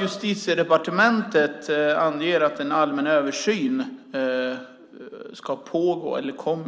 Justitiedepartementet uppger att en allmän översyn ska ske.